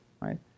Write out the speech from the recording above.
right